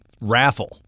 raffle